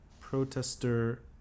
protester